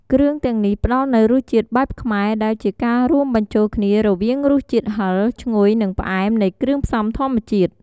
គ្រឿងទាំងនេះផ្ដល់នូវរសជាតិបែបខ្មែរ ដែលជាការរួមបញ្ចូលគ្នារវាងរសជាតិហឹរ ឈ្ងុយ និងផ្អែមនៃគ្រឿងផ្សំធម្មជាតិ។